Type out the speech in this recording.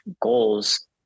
goals